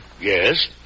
Yes